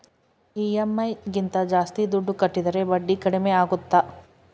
EMI ಗಿಂತ ಜಾಸ್ತಿ ದುಡ್ಡು ಕಟ್ಟಿದರೆ ಬಡ್ಡಿ ಕಡಿಮೆ ಆಗುತ್ತಾ?